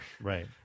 Right